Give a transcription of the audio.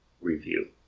review